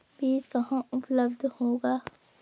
बीज कहाँ उपलब्ध होगा?